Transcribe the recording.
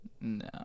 No